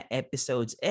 episodes